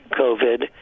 COVID